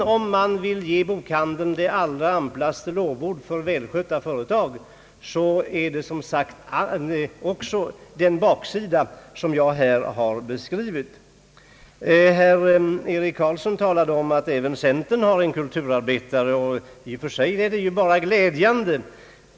Även om man vill ge bokhandeln de amplaste lovord för välskötta företag bör man också ta med den här av mig omnämnda avigsidan i bilden. Herr Eric Carlsson sade att även centerpartiet har en kulturarbetare, vilket ju i och för sig är glädjande.